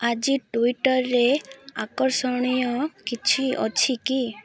ଆଜି ଟୁଇଟର୍ରେ ଆକର୍ଷଣୀୟ କିଛି ଅଛି କି